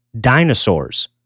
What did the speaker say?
Dinosaurs